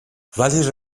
ولی